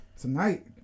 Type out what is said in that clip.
Tonight